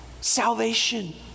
salvation